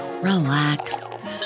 relax